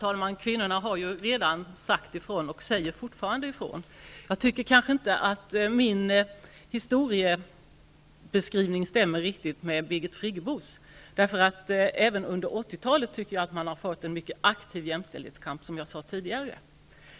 Herr talman! Kvinnorna har ju redan sagt ifrån och säger fortfarande ifrån. Jag tycker inte att min historieskrivning stämmer riktigt med Birgit Friggebos. Som jag sade tidigare, anser jag att det har förts en mycket aktiv jämställdhetskamp även under 80-talet.